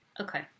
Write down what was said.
Okay